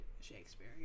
Shakespeare